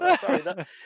Sorry